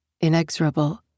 inexorable